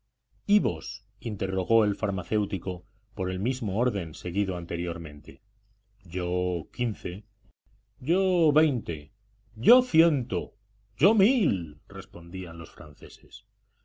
y vos interrogó el farmacéutico por el mismo orden seguido anteriormente yo quince yo veinte yo ciento yo mil respondían los